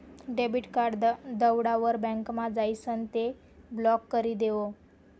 debit card दवडावर बँकमा जाइसन ते ब्लॉक करी देवो